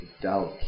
doubt